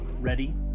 Ready